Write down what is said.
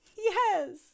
Yes